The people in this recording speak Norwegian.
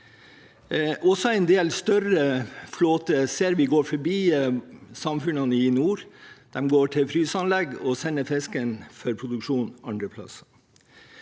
en del større flåter ser vi går forbi samfunnene i nord, de går til fryseanlegg og sender fisken for produksjon andre plasser.